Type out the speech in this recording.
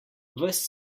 ves